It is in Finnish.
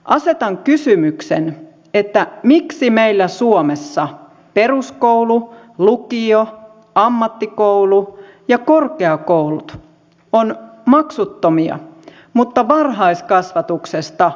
asetan kysymyksen miksi meillä suomessa peruskoulu lukio ammattikoulu ja korkeakoulut ovat maksuttomia mutta varhaiskasvatuksesta pitää maksaa